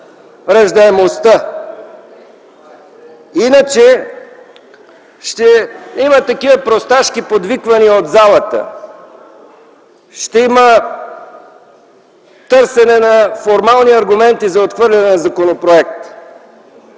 раждаемостта? Иначе ще има такива просташки подвиквания от залата, ще има търсене на формални аргументи за отхвърляне на законопроекта.